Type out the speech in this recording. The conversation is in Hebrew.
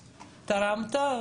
תרמת,